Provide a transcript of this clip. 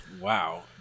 Wow